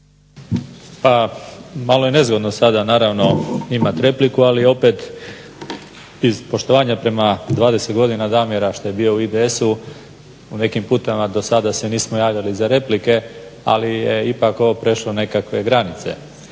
Malo je nezgodno sada naravno imat repliku, ali opet iz poštovanja prema 20 godina Damira što je bio u IDS-u, u nekim putevima do sada se nismo javljali za replike ali je ipak ovo prešlo nekakve granice.